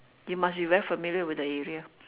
you must be very familiar with the area